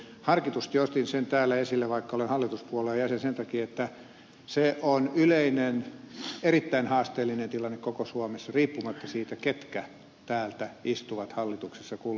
harkitusti otin sen täällä esille vaikka olen hallituspuolueen jäsen sen takia että se on yleinen erittäin haasteellinen tilanne koko suomessa riippumatta siitä ketkä täältä istuvat hallituksessa kulloinkin